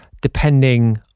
depending